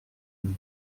une